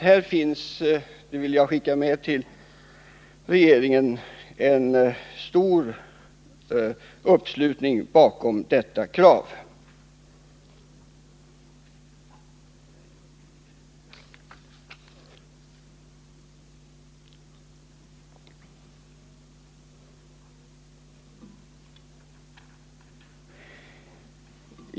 Här finns således, det vill jag skicka med till regeringen, en stor uppslutning bakom detta krav.